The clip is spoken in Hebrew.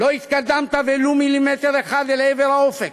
לא התקדמת ולו מילימטר אחד אל עבר האופק,